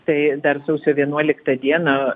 tai dar sausio vienuoliktą dieną